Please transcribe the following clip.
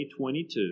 2022